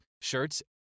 shirts